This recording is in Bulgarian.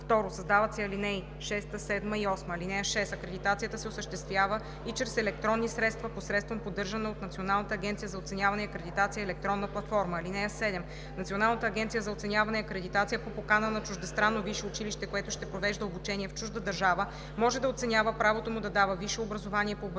2. Създават се ал. 6, 7 и 8: „(6) Акредитацията се осъществява и чрез електронни средства посредством поддържана от Националната агенция за оценяване и акредитация електронна платформа. (7) Националната агенция за оценяване и акредитация по покана на чуждестранно висше училище, което ще провежда обучение в чужда държава, може да оценява правото му да дава висше образование по